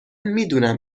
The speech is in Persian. میدونم